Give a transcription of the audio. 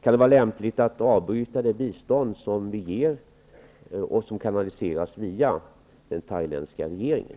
Kan det vara lämpligt att avbryta det bistånd som Sverige ger och som kanaliseras via den thailändska regeringen?